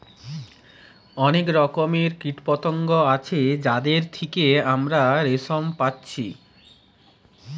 অনেক রকমের কীটপতঙ্গ আছে যাদের থিকে আমরা রেশম পাচ্ছি